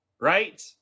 right